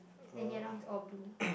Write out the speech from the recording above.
then the other one is all blue